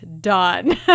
done